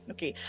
Okay